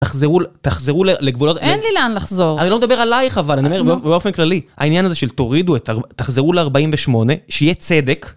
תחזרו, תחזרו לגבולות, אין לי לאן לחזור. אני לא מדבר עלייך, אבל אני אומר באופן כללי, העניין הזה של תורידו את, תחזרו ל-48, שיהיה צדק.